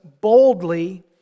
boldly